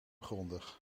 grondig